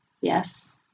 Yes